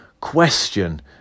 question